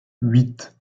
huit